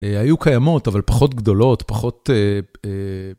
היו קיימות, אבל פחות גדולות, פחות...